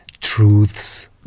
truths